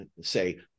say